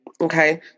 Okay